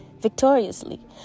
victoriously